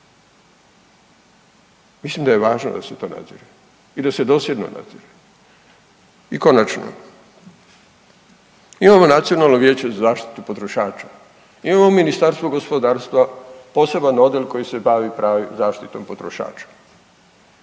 Mislim da je važno da se to radi i da se dosljedno radi. I konačno, imamo Nacionalno vijeće za zaštitu potrošača, imamo Ministarstvo gospodarstva, poseban odjel koji se bavi .../nerazumljivo/... zaštitom potrošača,